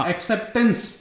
Acceptance